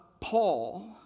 Paul